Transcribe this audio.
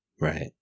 right